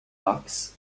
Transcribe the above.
ducks